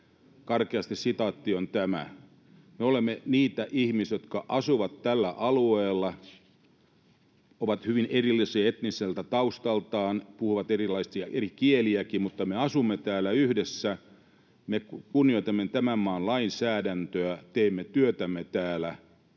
Karkeasti sitaatti on tämä: me olemme niitä ihmisiä, jotka asuvat tällä alueella, ovat hyvin erillisiä etniseltä taustaltaan, puhuvat eri kieliäkin, mutta me asumme täällä yhdessä, me kunnioitamme tämän maan lainsäädäntöä, teemme työtämme täällä